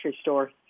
store